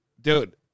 dude